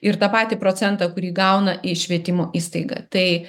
ir tą patį procentą kurį gauna į švietimo įstaigą tai